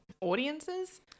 audiences